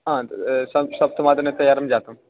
हा सप् सप्तवादने तयारं जातम्